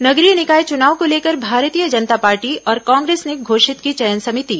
नगरीय निकाय चुनाव को लेकर भारतीय जनता पार्टी और कांग्रेस ने घोषित की चयन समिति